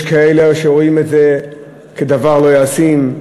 יש כאלה שרואים את זה כדבר לא ישים,